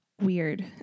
weird